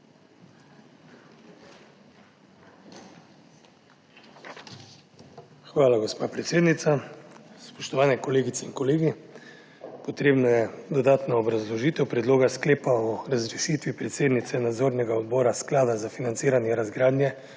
Hvala gospa predsednica. Spoštovane kolegice in kolegi! Potrebna je dodatna obrazložitev predloga sklepa o razrešitvi predsednice nadzornega odbora Sklada za financiranje razgradnje